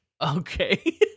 Okay